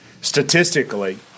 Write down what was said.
statistically